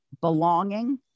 belonging